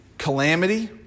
calamity